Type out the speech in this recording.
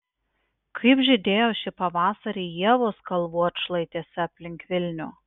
kaip žydėjo šį pavasarį ievos kalvų atšlaitėse aplink vilnių